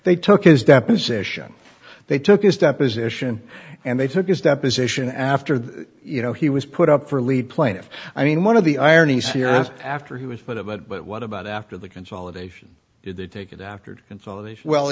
they took his deposition they took his deposition and they took his deposition after the you know he was put up for a lead plaintiff i mean one of the ironies here was after he was but about but what about after the consolidation did they take it after consolidation well